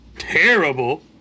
terrible